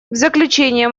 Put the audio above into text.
заключение